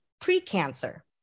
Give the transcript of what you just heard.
pre-cancer